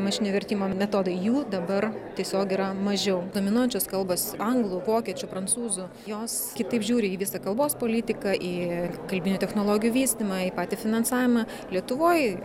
mašininio vertimo metodai jų dabar tiesiog yra mažiau dominuojančios kalbos anglų vokiečių prancūzų jos kitaip žiūri į visą kalbos politiką į kalbinių technologijų vystymą į patį finansavimą lietuvoj